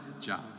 job